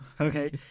okay